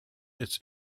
its